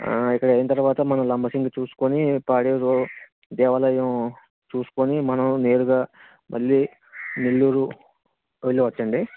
ఇక్కడ అయిన తర్వాత మనం లంబసింగ్ చూసుకుని పాడేరు దేవాలయం చూసుకొని మనం నేరుగా మళ్లీ నెల్లూరు వెళ్లవచ్చండి